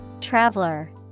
Traveler